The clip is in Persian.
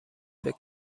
فکر